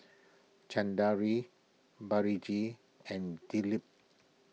Balaji and Dilip